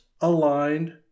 aligned